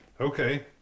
Okay